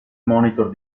monitor